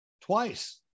twice